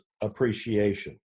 appreciation